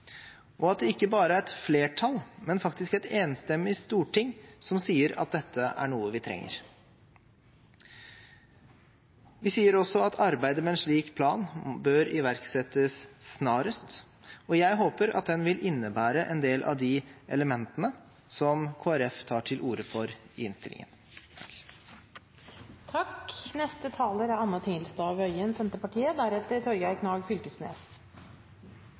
og at det ikke bare er et flertall, men faktisk et enstemmig storting som sier at dette er noe vi trenger. Vi sier også at arbeidet med en slik plan bør iverksettes snarest, og jeg håper at den vil inneholde en del av de elementene som Kristelig Folkeparti tar til orde for i innstillingen. Representantforslaget fra Kristelig Folkeparti inneholder en rekke forslag i kampen mot antisemittiske holdninger i samfunnet vårt. Det er